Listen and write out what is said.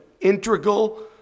integral